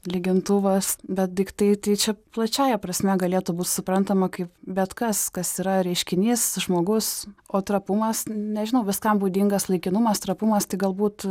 lygintuvas bet daiktai tai čia plačiąja prasme galėtų būt suprantama kaip bet kas kas yra reiškinys žmogus o trapumas nežinau viskam būdingas laikinumas trapumas tai galbūt